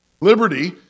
Liberty